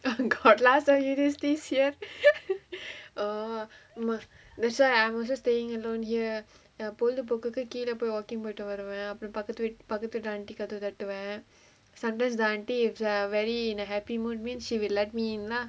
god last time he this these year oh this why I was staying alone here eh பொழுதுபோக்குக்கு கீழ போய்:poluthupokukku keela poyi walking போயிட்டு வருவ அப்புறம் பக்கத்து:poyittu varuva appuram pakkathu veet~ பக்கத்து வீட்டு:pakkathu veettu auntie கதவ தட்டுவ:kathava thattuva sometimes the auntie is in a very happy mood mean she will let me in lah